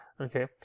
okay